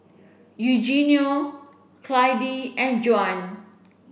Eugenio Clydie and Juan